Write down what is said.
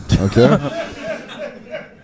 Okay